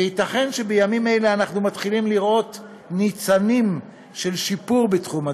וייתכן שבימים אלה אנחנו מתחילים לראות ניצנים של שיפור בתחום הדיור,